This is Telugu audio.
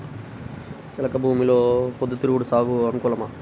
చెలక భూమిలో పొద్దు తిరుగుడు సాగుకు అనుకూలమా?